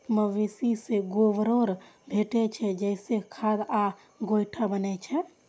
मवेशी सं गोबरो भेटै छै, जइसे खाद आ गोइठा बनै छै